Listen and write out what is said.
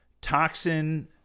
Toxin